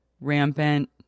rampant